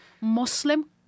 Muslim